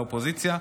לאופוזיציה.